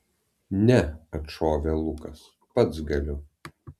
ne atšovė lukas pats galiu